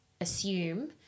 assume